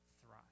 thrive